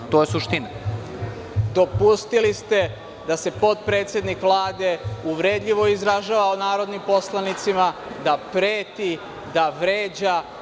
To je suština.) Dopustili ste da se potpredsednik Vlade uvredljivo izražava o narodnim poslanicima, da preti, da vređa.